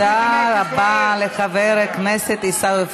תודה רבה לחבר הכנסת עיסאווי פריג'.